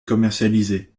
commercialisés